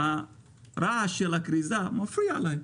החליטו שהרעש של הכריזה מפריע להם.